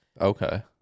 Okay